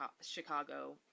Chicago